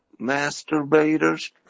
masturbators